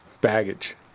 baggage